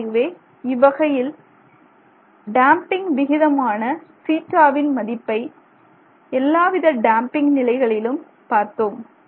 எனவே இவ்வகையில் டேம்பிங் விகிதமான சீட்டாவின் மதிப்பை எல்லாவித டேம்பிங் நிலைகளிலும் பார்த்தோம்